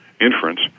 inference